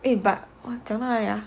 eh but 讲到哪里 ah